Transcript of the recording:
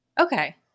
okay